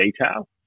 detail